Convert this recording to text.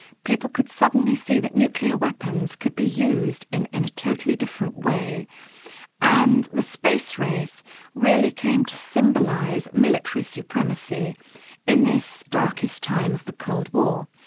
people could suddenly see that nuclear weapons could be used in in a totally different way and the space race really came to symbolise military supremacy in this darkest time of the cold war.